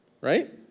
right